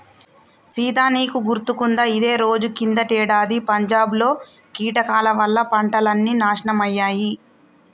సీత నీకు గుర్తుకుందా ఇదే రోజు కిందటేడాది పంజాబ్ లో కీటకాల వల్ల పంటలన్నీ నాశనమయ్యాయి